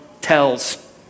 tells